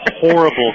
horrible